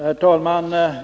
Herr talman!